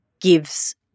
gives